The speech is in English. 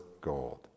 gold